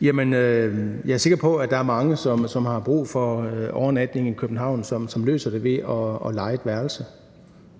Jeg er sikker på, at der er mange, der har brug for overnatning i København, som løser det ved at leje et værelse.